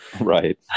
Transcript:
Right